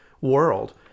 world